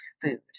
food